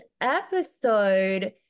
episode